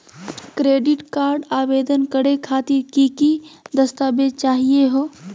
Credit card आवेदन करे खातिर की की दस्तावेज चाहीयो हो?